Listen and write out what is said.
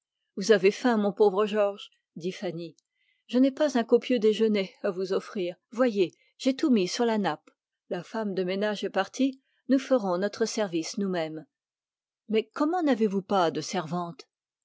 vous avez faim mon pauvre georges dit fanny je n'ai pas un copieux déjeuner à vous offrir voyez j'ai tout mis sur la nappe nous ferons notre service nous-mêmes mais comment n'avez-vous pas de servante